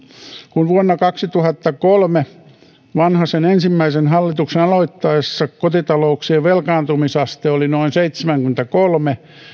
kun vuonna kaksituhattakolme vanhasen ensimmäisen hallituksen aloittaessa kotitalouksien velkaantumisaste oli noin seitsemänkymmentäkolme